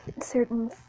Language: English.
certain